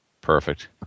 Perfect